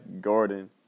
Gordon